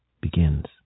begins